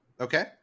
Okay